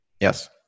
Yes